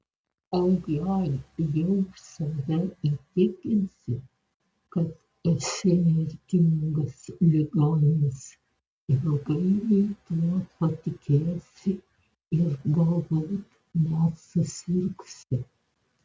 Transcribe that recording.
o jei jau save įtikinsi kad esi mirtinas ligomis ilgainiui tuo patikėsi ir galbūt net susirgsi